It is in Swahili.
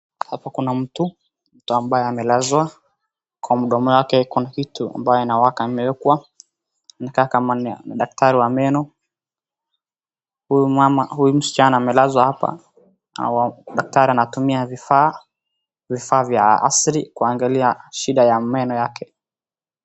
Hapa kuna mtu, mtu ambaye amelazwa. Kwa mdomo yake kuna kitu ambayo inawaka imewekwa. Inakaa kama ni daktari wa meno. Huyu msichana amelazwa hapa, au daktari anatumia vifaa vya asli kuangalia shida ya meno yake.